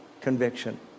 conviction